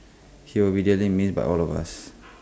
he will be dearly missed by all of us